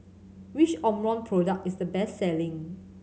which Omron product is the best selling